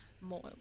more